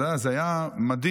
זה היה מדהים,